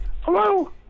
Hello